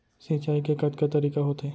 सिंचाई के कतका तरीक़ा होथे?